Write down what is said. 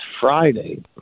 Friday